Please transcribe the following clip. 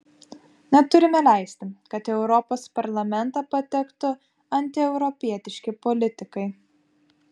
neturime leisti kad į europos parlamentą patektų antieuropietiški politikai